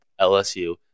LSU